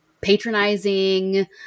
patronizing